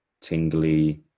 tingly